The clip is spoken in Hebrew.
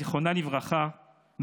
זיכרונה לברכה,